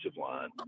line